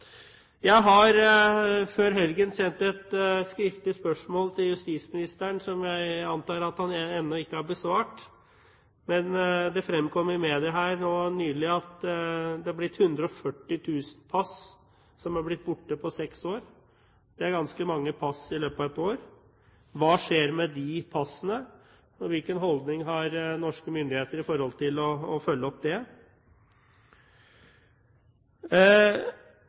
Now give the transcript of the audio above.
Jeg sendte før helgen et skriftlig spørsmål til justisministeren, som jeg antar at han ennå ikke har besvart. Det fremkom i media nå nylig at det er 140 000 pass som er blitt borte på seks år – det er ganske mange pass i løpet av ett år. Hva skjer med de passene, og hvilken holdning har norske myndigheter i forhold til å følge det opp? Et annet poeng er: Hva bidrar det offentlige med for å